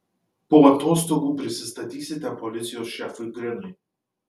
po atostogų prisistatysite policijos šefui grinui